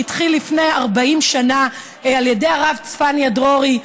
שהתחיל לפני 40 שנה על ידי הרב צפניה דרורי,